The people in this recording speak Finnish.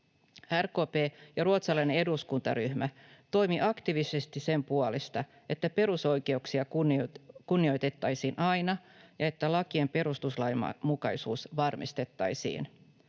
RKP ja ruotsalainen eduskuntaryhmä toimivat aktiivisesti sen puolesta, että perusoikeuksia kunnioitettaisiin aina ja että lakien perustuslainmukaisuus varmistettaisiin.